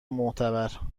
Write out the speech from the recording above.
معتبر